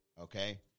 Okay